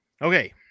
Okay